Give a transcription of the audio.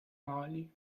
mali